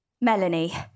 Melanie